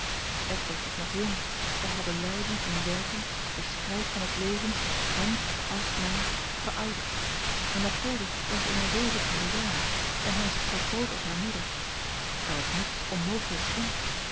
was nog jong al hadden lijden en werken de strijd van het leven hem als mij verouderd en mathilde was in haar zeventiende jaar en haast zoo groot als hare moeder er was niets onmogelijks in